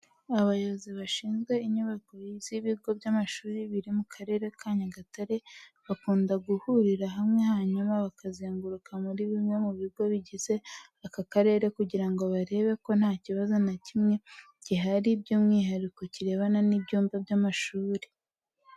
Abayobozi bashinzwe inyubako z'ibigo by'amashuri biri mu karere ka Nyagatare, bakunda guhurira hamwe hanyuma bakazenguruka muri bimwe mu bigo bigize aka karere kugira ngo barebe ko nta kibazo nta kimwe gihari by'umwihariko ikirebana n'ibyumba by'amashuri.